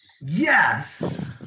Yes